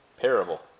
parable